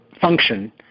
function